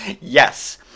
Yes